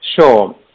Sure